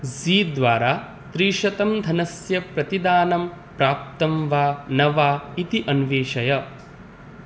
ज़ी द्वारा त्रिशतं धनस्य प्रतिदानं प्राप्तं वा न वा इति अन्वेषय